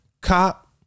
cop